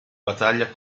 battaglia